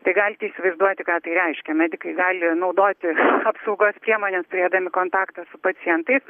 tai galite įsivaizduoti ką tai reiškia medikai gali naudoti apsaugos priemones turėdami kontaktą su pacientais